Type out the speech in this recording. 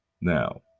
Now